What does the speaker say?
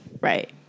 right